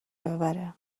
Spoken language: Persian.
ببره